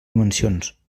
dimensions